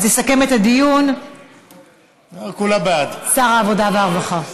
אז יסכם את הדיון שר העבודה והרווחה.